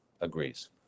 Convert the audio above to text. agrees